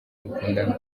mukundana